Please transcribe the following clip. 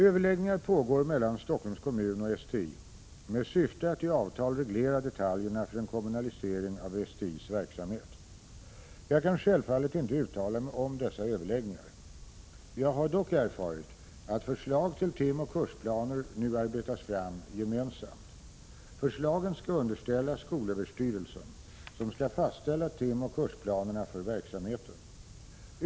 Överläggningar pågår mellan Stockholms kommun och STI med syfte att i avtal reglera detaljerna för en kommunalisering av STI:s verksamhet. Jag kan självfallet inte uttala mig om dessa överläggningar. Jag har dock erfarit att förslag till timoch kursplaner nu arbetas fram gemensamt. Förslagen skall underställas skolöverstyrelsen, som skall fastställa timoch kursplanerna för verksamheten.